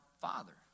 father